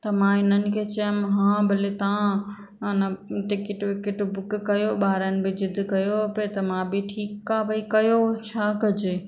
त मां हिननि खे चयोमि हा भले तव्हां हिन टिकिट विकिट बुक कयो ॿारनि बि जिद कयो पिए त मां बि ठीकु आहे भाई कयो छा कजे